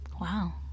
Wow